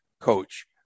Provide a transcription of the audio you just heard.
coach